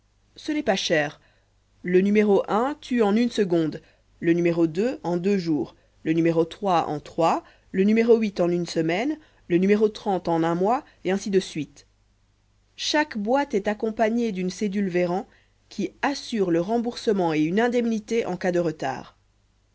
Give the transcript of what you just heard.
ce n'est pas cher le numéro tue en une seconde le numéro en deux jours le numéro en trois le numéro en une semaine le numéro en un mois et ainsi de suite chaque boite est accompagnée d'une cédule werrant qui assure le remboursement et une indemnité en cas de retard